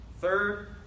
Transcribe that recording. Third